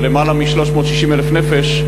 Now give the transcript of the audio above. על למעלה מ-360,000 נפש,